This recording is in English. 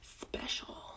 special